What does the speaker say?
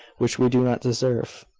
which we do not deserve.